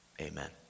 amen